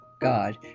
God